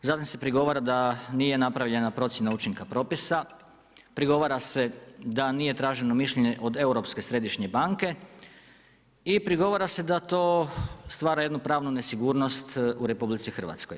Zatim se prigovora da nije napravljena procjena učinka propisa, prigovara se da nije traženo mišljenje od Europske središnje banke i prigovara se da to stvara jednu pravnu nesigurnost u RH.